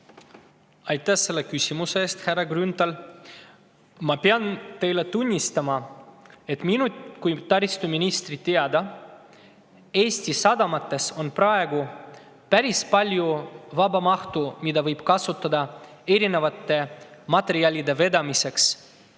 Aitäh selle küsimuse eest, härra Grünthal! Ma pean teile tunnistama, et minu kui taristuministri teada on Eesti sadamates praegu päris palju vaba [pinda], mida võib kasutada erinevate materjalide vedamiseks